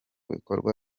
bikorwa